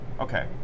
Okay